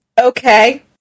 Okay